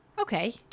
Okay